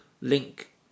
link